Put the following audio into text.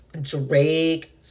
Drake